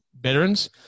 veterans